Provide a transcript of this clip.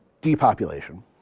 depopulation